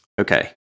Okay